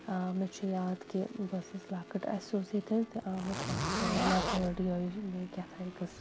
مےٚ چھُ یاد کہِ بہٕ ٲسٕس لۄکٕٹ اَسہِ اوس ییٚتٮ۪ن تہِ آمُت اَکھ لیپٲڈ یِہے مےٚ کیٛاہ تانۍ قٕسٕم